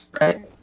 right